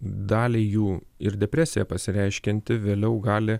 daliai jų ir depresija pasireiškianti vėliau gali